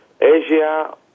Asia